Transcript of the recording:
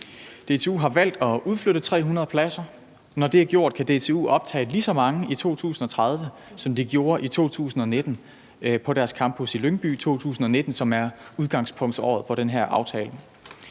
DTU har valgt at udflytte 300 pladser, og når det er gjort, kan DTU optage lige så mange i 2030, som de gjorde i 2019 på deres campus i Lyngby – 2019 er udgangspunktsåret for den her aftale.